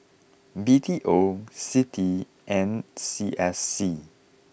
B T O Citi and C S C